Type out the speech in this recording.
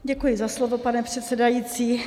Děkuji za slovo, pane předsedající.